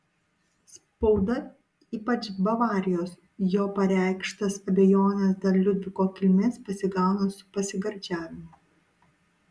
spauda ypač bavarijos jo pareikštas abejones dėl liudviko kilmės pasigauna su pasigardžiavimu